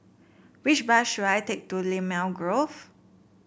which bus should I take to Limau Grove